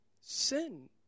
sin